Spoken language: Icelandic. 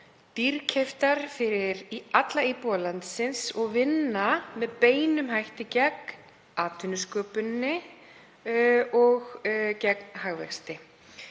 dýrkeyptar fyrir alla íbúa landsins og vinna með beinum hætti gegn atvinnusköpuninni og gegn hagvexti.